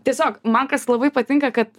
tiesiog man kas labai patinka kad